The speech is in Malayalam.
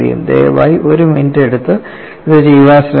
ദയവായി ഒരു മിനിറ്റ് എടുത്ത് ഇത് ചെയ്യാൻ ശ്രമിക്കുക